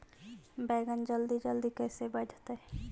बैगन जल्दी जल्दी कैसे बढ़तै?